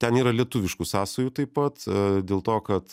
ten yra lietuviškų sąsajų taip pat dėl to kad